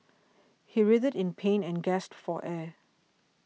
he writhed in pain and gasped for air